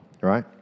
right